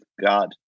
God